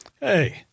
Hey